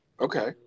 Okay